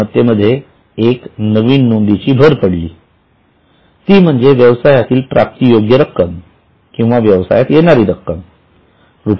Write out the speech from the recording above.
मालमत्तेमध्ये एका नवीन नोंदीची भर पडली ती म्हणजे व्यवसायातील प्राप्ती योग्य रक्कम किंवा व्यवसायात येणारी रक्कम रु